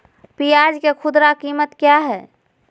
प्याज के खुदरा कीमत क्या है?